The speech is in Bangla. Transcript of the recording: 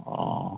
ও